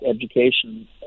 education